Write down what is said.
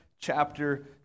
chapter